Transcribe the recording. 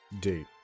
Date